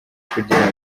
kugira